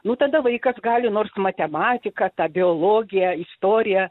nu tada vaikas gali nors matematiką tą biologiją istoriją